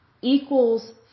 equals